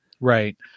Right